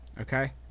okay